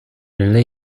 人类